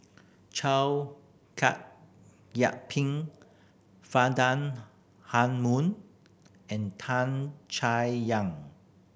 Chow Yian Ping Faridah Hanum and Tan Chay Yan